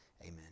Amen